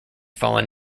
fallen